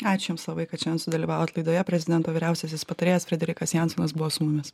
ačiū jums labai kad šiandien sudalyvavot laidoje prezidento vyriausiasis patarėjas frederikas jansonas buvo su mumis